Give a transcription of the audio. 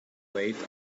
wait